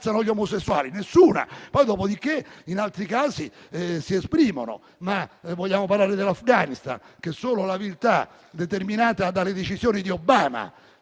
che ammazzano gli omosessuali? Nessuna; dopodiché, in altri casi si esprimono. Ma vogliamo parlare dell'Afghanistan? Per la viltà determinata dalle decisioni di Obama